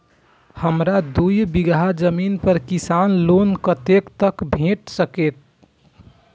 हमरा दूय बीगहा जमीन पर किसान लोन कतेक तक भेट सकतै?